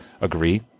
agree